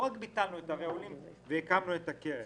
אנחנו לא רק ביטלנו את ערי עולים והקמנו את הקרן.